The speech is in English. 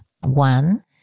One